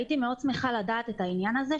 הייתי מאוד שמחה לדעת את העניין הזה,